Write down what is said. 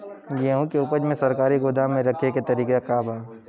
गेहूँ के ऊपज के सरकारी गोदाम मे रखे के का तरीका बा?